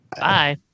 Bye